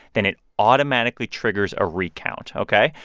then it automatically triggers a recount, ok?